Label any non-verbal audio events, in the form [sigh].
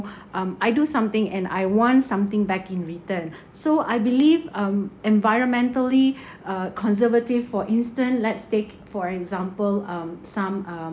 um I do something and I want something back in return [breath] so I believe um environmentally [breath] uh conservative for instance let's take for example um some um